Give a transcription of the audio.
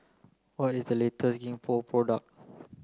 what is the latest Gingko product